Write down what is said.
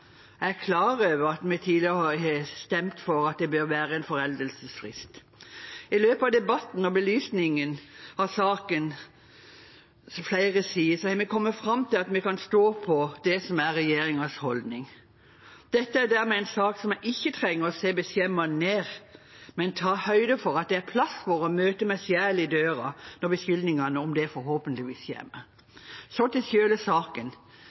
jeg er klar over at vi tidligere har stemt for at det bør være en foreldelsesfrist. I løpet av debatten og belysningen av sakens flere sider, har vi kommet til at vi kan stå på det som er regjeringens holdning. I denne saken trenger jeg dermed ikke å se beskjemmet ned, men heller ta høyde for at det er plass til å møte meg selv i døra når beskyldningene om det forhåpentligvis kommer. Så til selve saken: